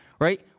right